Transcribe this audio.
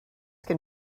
can